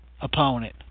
opponent